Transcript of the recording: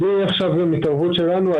גם בלי התערבות שלנו,